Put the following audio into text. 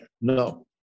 No